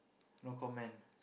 no comments